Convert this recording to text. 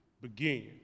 begin